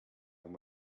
and